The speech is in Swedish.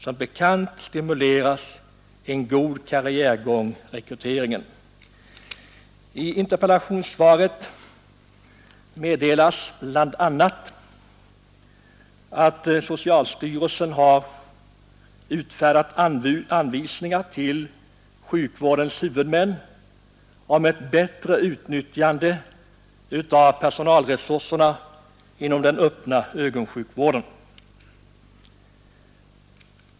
Som bekant stimulerar en god karriärgång rekryteringen, I interpellationssvaret meddelas bl.a. att socialstyrelsen har utfärdat anvisningar till sjukvårdens huvudmän om ett bättre utnyttjande av personalresurserna inom den öppna ögonsjukvården.